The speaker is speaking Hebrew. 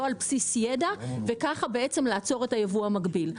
שהן לא על בסיס ידע וככה לעצור את הייבוא המקביל.